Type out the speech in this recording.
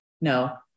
no